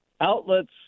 outlets